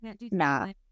Nah